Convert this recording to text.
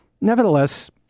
nevertheless